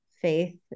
faith